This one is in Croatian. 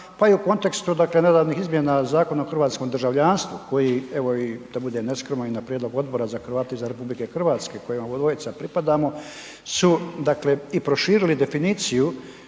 pa i u kontekstu, dakle nedavnih izmjena Zakona o hrvatskom državljanstvu koji evo i da budem neskroman i na prijedlog Odbora za Hrvate izvan RH kojima obodvojica pripadamo su, dakle i proširili definiciju,